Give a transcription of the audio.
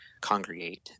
congregate